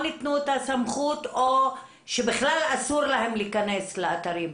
אם ניקח את מנהלי העבודה שאחראים על האתרים,